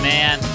Man